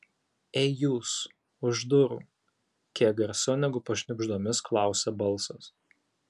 ei jūs už durų kiek garsiau negu pašnibždomis klausia balsas